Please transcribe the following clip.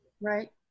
Right